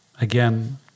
Again